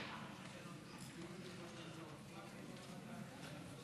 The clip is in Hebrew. תודה רבה לך, אדוני היושב-ראש.